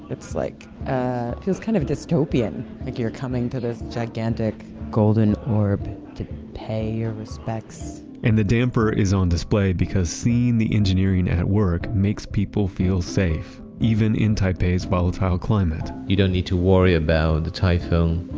it's like, it ah feels kind of dystopian, like you're coming to this gigantic golden orb to pay your respects and the damper is on display because seeing the engineering at work makes people feel safe even in taipei's volatile climate you don't need to worry about the typhoon.